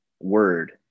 word